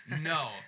No